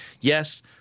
Yes